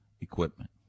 equipment